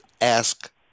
ask